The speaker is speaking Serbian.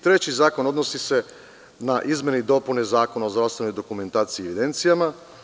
Treći zakon, odnosi se na izmene i dopune zakona o zaostaloj dokumentaciji i evidencijama.